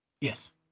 Yes